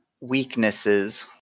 weaknesses